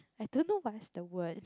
I don't know what's the word